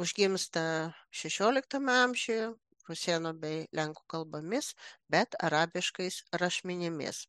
užgimsta šešioliktame amžiuje rusėnų bei lenkų kalbomis bet arabiškais rašmenimis